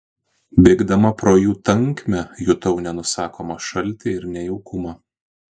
bėgdama pro jų tankmę jutau nenusakomą šaltį ir nejaukumą